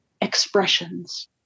expressions